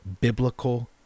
biblical